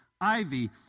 Ivy